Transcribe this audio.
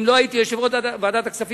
אם לא הייתי יושב-ראש ועדת הכספים,